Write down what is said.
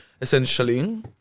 essentially